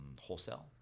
wholesale